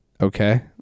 Okay